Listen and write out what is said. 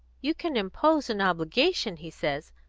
you can impose an obligation, he says,